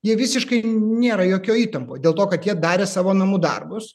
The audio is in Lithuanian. jie visiškai nėra jokioj įtampoj dėl to kad jie darė savo namų darbus